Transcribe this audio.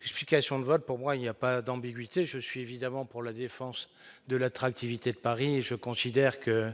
publication de vote pour moi il n'y a pas d'ambiguïté : je suis évidemment pour la défense de l'attractivité de Paris, je considère que